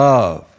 Love